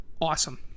Awesome